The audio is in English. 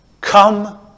Come